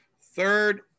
third